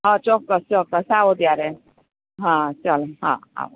હાં ચોકક્સ ચોક્કસ આવો ત્યારે હાં ચાલો હાં આવો